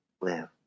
live